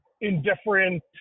indifferent